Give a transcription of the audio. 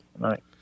Night